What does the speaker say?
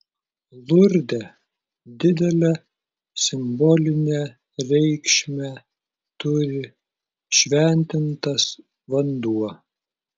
lurde didelę simbolinę reikšmę turi šventintas vanduo